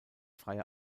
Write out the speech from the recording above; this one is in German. freie